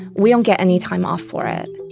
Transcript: we don't get any time off for it